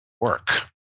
work